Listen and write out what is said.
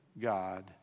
God